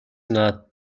not